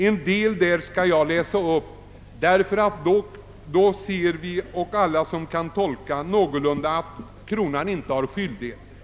En del därav skall jag läsa upp, därför att då hör alla som kan tolka ett avtal någorlunda, att staten inte har skyldighet.